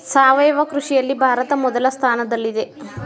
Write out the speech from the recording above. ಸಾವಯವ ಕೃಷಿಯಲ್ಲಿ ಭಾರತ ಮೊದಲ ಸ್ಥಾನದಲ್ಲಿದೆ